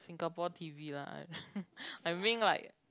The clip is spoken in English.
Singapore T_V lah I mean like